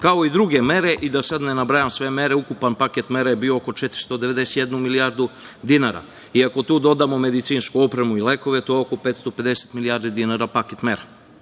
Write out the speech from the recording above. kao i druge mere, da sad ne nabrajam sve mere. Ukupan paket mera je bio oko 491 milijardu dinara. Ako tu dodamo medicinsku opremu i lekove, to je oko 550 milijardi dinara. Ove mere,